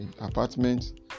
apartment